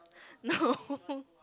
no